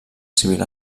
civil